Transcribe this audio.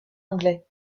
anglais